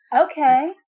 okay